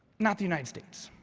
not the united states.